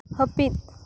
ᱦᱟᱹᱯᱤᱫ